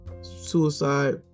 suicide